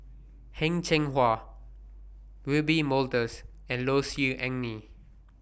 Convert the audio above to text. Heng Cheng Hwa Wiebe Wolters and Low Siew Nghee